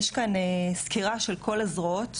יש כאן סקירה של כל הזרועות,